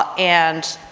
and,